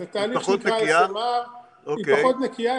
זה תהליך שנקרא SMR. היא פחות נקייה,